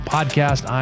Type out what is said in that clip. Podcast